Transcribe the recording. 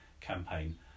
campaign